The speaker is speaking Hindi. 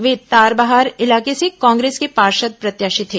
वे तारबहार इलाके से कांग्रेस के पार्षद प्रत्याशी थे